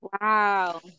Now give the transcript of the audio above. Wow